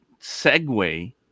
segue